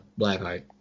Blackheart